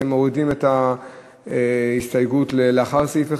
אתם מורידים את ההסתייגות לאחרי סעיף 1,